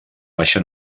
baixa